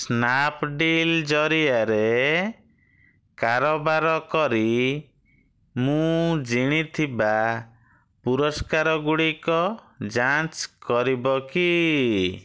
Snapdeal ଜରିଆରେ କାରବାର କରି ମୁଁ ଜିଣିଥିବା ପୁରସ୍କାର ଗୁଡ଼ିକ ଯାଞ୍ଚ କରିବ କି